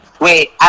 Wait